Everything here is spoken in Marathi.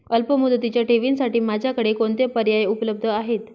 अल्पमुदतीच्या ठेवींसाठी माझ्याकडे कोणते पर्याय उपलब्ध आहेत?